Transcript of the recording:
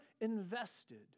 invested